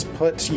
put